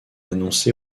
annoncé